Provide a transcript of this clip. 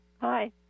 Hi